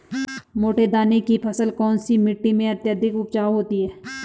मोटे दाने की फसल कौन सी मिट्टी में अत्यधिक उपजाऊ होती है?